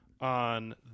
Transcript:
on